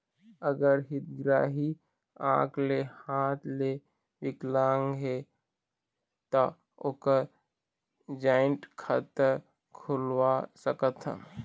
अगर हितग्राही आंख ले हाथ ले विकलांग हे ता ओकर जॉइंट खाता खुलवा सकथन?